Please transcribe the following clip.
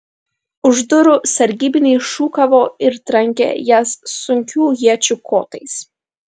už durų sargybiniai šūkavo ir trankė jas sunkių iečių kotais